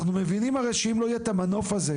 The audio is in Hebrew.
אנחנו מבינים הרי שאם לא יהיה את המנוף הזה